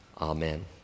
amen